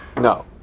No